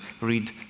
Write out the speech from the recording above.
read